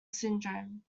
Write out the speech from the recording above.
syndrome